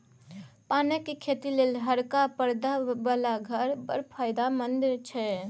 पानक खेती लेल हरका परदा बला घर बड़ फायदामंद छै